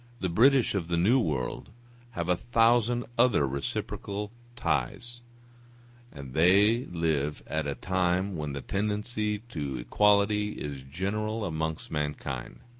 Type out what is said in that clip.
the british of the new world have a thousand other reciprocal ties and they live at a time when the tendency to equality is general amongst mankind.